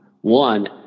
One